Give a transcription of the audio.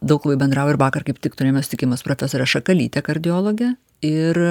daug labai bendrauju ir vakar kaip tik turėjome susitikimą su profesore šakalyte kardiologe ir